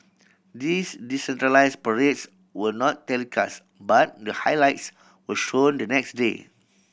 these decentralise parades were not telecast but the highlights were shown the next day